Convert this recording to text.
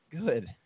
Good